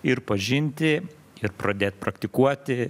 ir pažinti ir pradėt praktikuoti